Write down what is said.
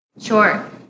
Sure